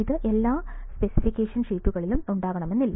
ഇത് എല്ലാ സ്പെസിഫിക്കേഷൻ ഷീറ്റുകളിലും ഉണ്ടാകണമെന്നില്ല